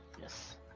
Yes